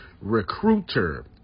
Recruiter